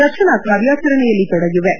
ರಕ್ಷಣಾ ಕಾರ್ಯಾಚರಣೆಯಲ್ಲಿ ತೊಡಗಿವೆ